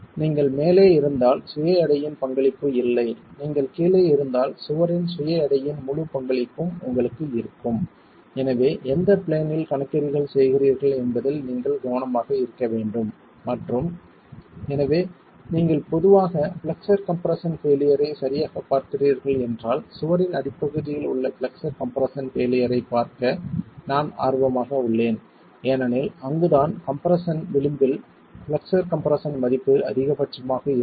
நீங்கள் மேலே இருந்தால் சுய எடையின் பங்களிப்பு இல்லை நீங்கள் கீழே இருந்தால் சுவரின் சுய எடையின் முழு பங்களிப்பும் உங்களுக்கு இருக்கும் எனவே எந்த பிளேன் இல் கணக்கீடுகள் செய்கிறீர்கள் என்பதில் நீங்கள் கவனமாக இருக்க வேண்டும் மற்றும் எனவே நீங்கள் பொதுவாக பிளக்ஸர் கம்ப்ரெஸ்ஸன் பெயிலியர் ஐ சரியாகப் பார்க்கிறீர்கள் என்றால் சுவரின் அடிப்பகுதியில் உள்ள பிளக்ஸர் கம்ப்ரெஸ்ஸன் பெயிலியர் ஐ ப் பார்க்க நான் ஆர்வமாக உள்ளேன் ஏனெனில் அங்குதான் கம்ப்ரெஸ்ஸன் விளிம்பில் பிளக்ஸர் கம்ப்ரெஸ்ஸன் மதிப்பு அதிகபட்சமாக இருக்கும்